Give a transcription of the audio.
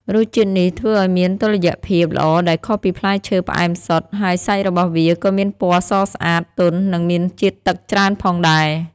រសជាតិនេះធ្វើឲ្យមានតុល្យភាពល្អដែលខុសពីផ្លែឈើផ្អែមសុទ្ធ ហើយសាច់របស់វាក៏មានពណ៌សស្អាត ទន់ និងមានជាតិទឹកច្រើនផងដែរ។